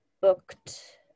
booked